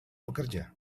bekerja